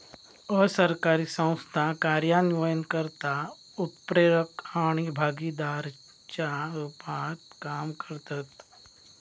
असरकारी संस्था कार्यान्वयनकर्ता, उत्प्रेरक आणि भागीदाराच्या रुपात काम करतत